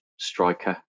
Striker